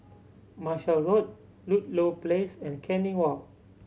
Marshall Road Ludlow Place and Canning Walk